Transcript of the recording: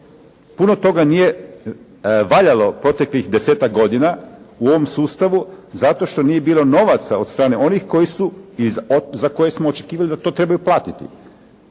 Puno toga nije valjalo proteklih desetak godina u ovom sustavu zato što nije bilo novaca od strane onih za koje smo očekivali da to treba platiti.